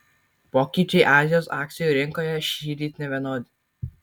pokyčiai azijos akcijų rinkoje šįryt nevienodi